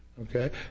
okay